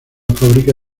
fábrica